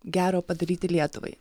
gero padaryti lietuvai